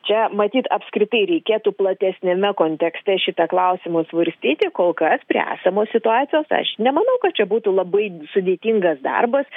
čia matyt apskritai reikėtų platesniame kontekste šitą klausimą svarstyti kol kas prie esamos situacijos aš nemanau kad čia būtų labai sudėtingas darbas